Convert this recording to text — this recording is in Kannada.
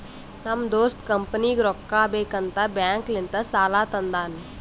ನಮ್ ದೋಸ್ತ ಕಂಪನಿಗ್ ರೊಕ್ಕಾ ಬೇಕ್ ಅಂತ್ ಬ್ಯಾಂಕ್ ಲಿಂತ ಸಾಲಾ ತಂದಾನ್